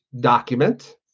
document